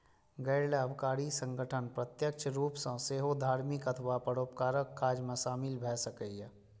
गैर लाभकारी संगठन प्रत्यक्ष रूप सं सेहो धार्मिक अथवा परोपकारक काज मे शामिल भए सकैए